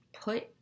put